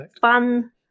fun